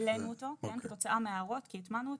העלינו אותו כתוצאה מההערות, כי הטמענו אותן,